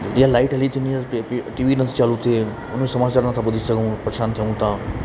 या लाइट हली थी वञे टीवी नथी चालू थिए उन में समाचार नथा ॿुधी सघूं परेशान थियूं था